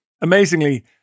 amazingly